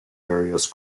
various